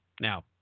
Now